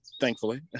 Thankfully